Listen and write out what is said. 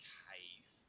cave